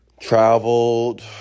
Traveled